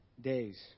days